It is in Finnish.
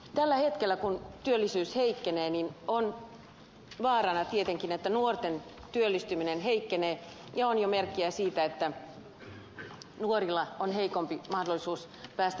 tällä hetkellä kun työllisyys heikkenee on vaarana tietenkin että nuorten työllistyminen heikkenee ja on jo merkkejä siitä että nuorilla on heikompi mahdollisuus päästä töihin